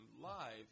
live